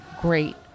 great